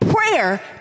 Prayer